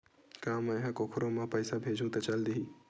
का मै ह कोखरो म पईसा भेजहु त चल देही?